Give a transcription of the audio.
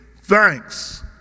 thanks